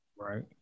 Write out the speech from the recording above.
right